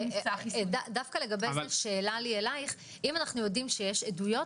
אם יש עדויות,